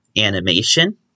animation